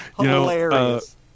Hilarious